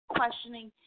questioning